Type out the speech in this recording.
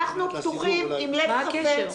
אנחנו פתוחים בלב חפץ.